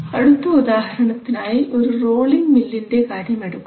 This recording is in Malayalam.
അടുത്ത ഉദാഹരണത്തിനായി ഒരു റോളിംഗ് മില്ലിൻറെ കാര്യമെടുക്കുക